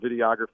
videography